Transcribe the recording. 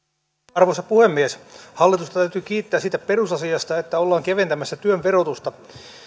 arvoisa puhemies hallitusta täytyy kiittää siitä perusasiasta että ollaan keventämässä työn verotusta